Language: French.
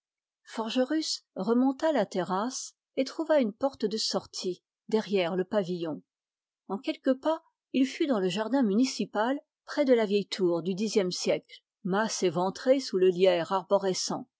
forgerus remonta la terrasse et trouva une porte de sortie derrière le pavillon en quelques pas il fut dans le jardin municipal près de la vieille tour du xe siècle masse éventrée sous le lierre arborescent